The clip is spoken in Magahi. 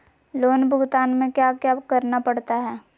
लोन भुगतान में क्या क्या करना पड़ता है